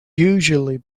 usually